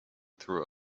through